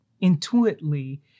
intuitively